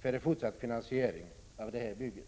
för en fortsatt finansiering av bygget.